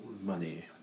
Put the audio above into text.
money